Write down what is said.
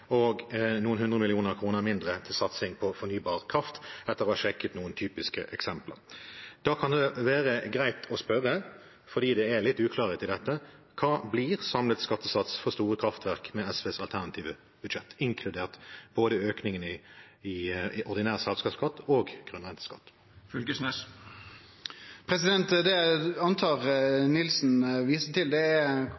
og noen hundre millioner kroner mindre til satsing på fornybar kraft, etter å ha sjekket noen typiske eksempler. Da kan det være greit å spørre, fordi det er litt uklarhet i dette: Hva blir samlet skattesats for store kraftverk med SVs alternative budsjett, inkludert både økningen i ordinær selskapsskatt og grunnrenteskatten? Det eg antar